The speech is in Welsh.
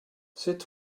sut